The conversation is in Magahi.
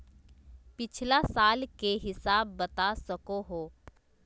पिछला साल के हिसाब बता सको हो?